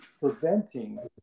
preventing